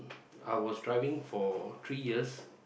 I was driving for three years